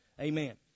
Amen